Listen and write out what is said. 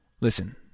Listen